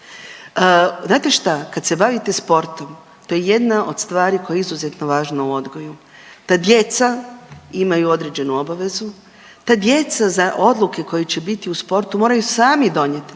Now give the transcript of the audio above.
Znate šta, kad se bavite sportom to je jedna od stvari koja je izuzetno važna u odgoju da djeca imaju određenu obavezu, da djeca odluke koje će biti u sportu moraju sami donijeti.